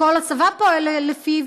וכל הצבא פועל לפיו,